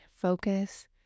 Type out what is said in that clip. focus